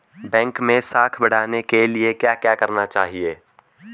Bank मैं साख बढ़ाने के लिए क्या क्या करना चाहिए?